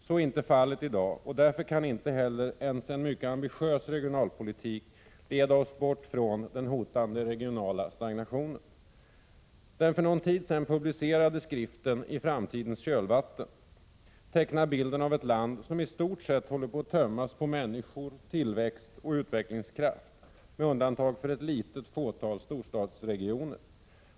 Så är inte fallet i dag, och därför kan inte heller en mycket ambitiös regionalpolitik leda oss bort från den hotande regionala stagnationen. Den för någon tid sedan publicerade skriften I framtidens kölvatten tecknar bilden av ett land som i stort sett håller på att tömmas på människor, tillväxt och utvecklingskraft med undantag för ett fåtal storstadsregioner.